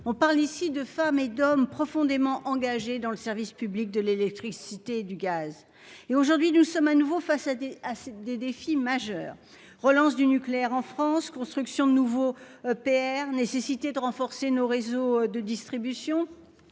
On parle ici de femmes et d'hommes profondément engagés dans le service public de l'électricité et du gaz. Aujourd'hui, nous sommes de nouveau face à des défis majeurs : relance du nucléaire en France, construction de nouveaux EPR, nécessité de renforcer nos réseaux de distribution